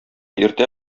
иртә